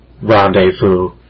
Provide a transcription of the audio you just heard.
rendezvous